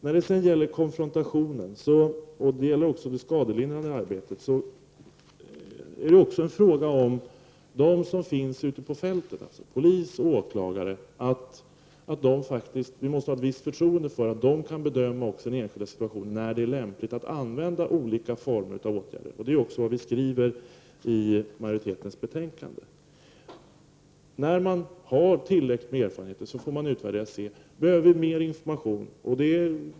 När det gäller konfrontationen och det skadelindrande arbetet måste vi ha ett visst förtroende för att de som finns ute på fältet, dvs. polis och åklagare, i den enskilda situationen kan bedöma när det är lämpligt att vidta olika åtgärder. Det är vad majoriteten skriver i betänkandet. När man har tillräckligt med erfarenheter får man utvärdera och se om det behövs mer information.